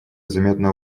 заметно